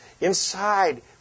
Inside